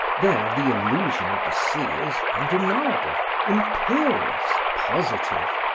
there, the illusion of the sea is undeniable, imperious, positive.